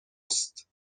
است